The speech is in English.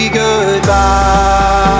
goodbye